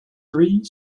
three